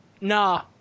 nah